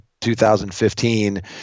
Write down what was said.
2015